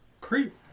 creep